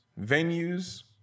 venues